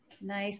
Nice